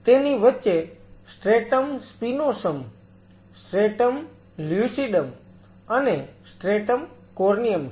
તેની વચ્ચે stratum spinosum stratum lucidum અને સ્ટ્રેટમ કોર્નિયમ છે